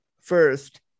first